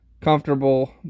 comfortable